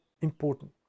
important